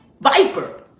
viper